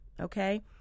okay